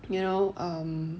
you know um